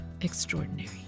extraordinary